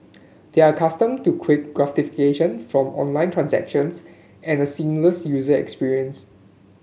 they are accustomed to quick gratification from online transactions and a seamless user experience